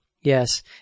Yes